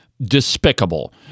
despicable